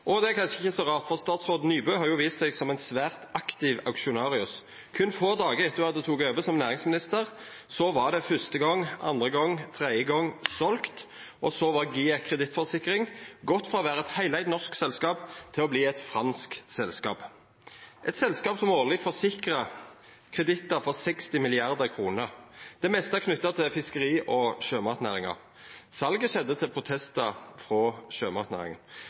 Og det er kanskje ikkje så rart, for statsråd Nybø har jo vist seg som ein svært aktiv auksjonarius. Berre få dagar etter at ho hadde teke over som næringsminister, så var det fyrste gong, andre gong, tredje gong – selt! Og så var GIEK Kredittforsikring gått frå å vera eit heileigd norsk selskap til å verta eit fransk selskap, eit selskap som årleg forsikrar kredittar for 60 mrd. kr. Det meste er knytt til fiskeri- og sjømatnæringa. Salet skjedde til protestar frå sjømatnæringa.